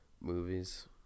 movies